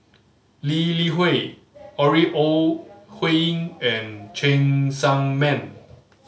Lee Li Hui Ore Huiying and Cheng Tsang Man